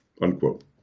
unquote